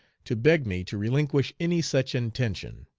to beg me to relinquish any such intention.